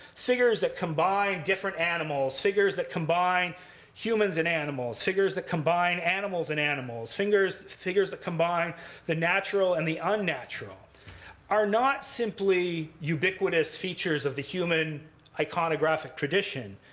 figures that combine different animals, figures that combine humans and animals, figures that combine animals and animals, figures figures that combine the natural and the unnatural are not simply ubiquitous features of the human iconographic tradition,